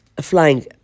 flying